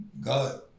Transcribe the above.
God